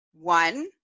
one